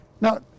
now